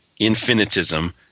infinitism